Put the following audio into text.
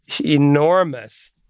enormous